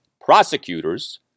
prosecutors